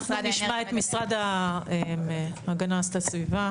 אנחנו נשמע את משרד הגנת הסביבה.